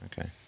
Okay